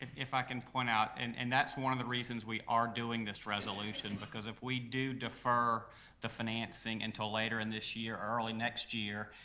if i can point out, and and that's one of the reasons we are doing this resolution because if we do defer the financing into later and this year, early next year,